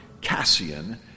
Cassian